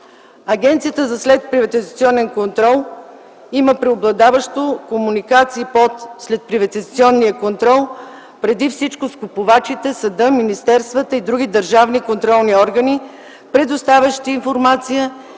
Агенцията за следприватизационен контрол има преобладаващо комуникации по следприватизационния контрол преди всичко с купувачите, съда, министерствата и други държавни контролни органи предоставящи информация